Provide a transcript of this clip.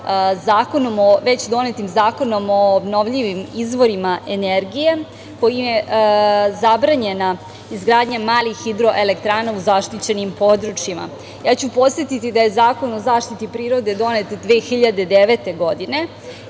već donetim Zakonom o obnovljivim izvorima energije, kojim je zabranjena izgradnja malih hidroelektrana u zaštićenim područjima. Ja ću podsetiti da je Zakon o zaštiti prirode donet 2009. godine